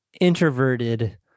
introverted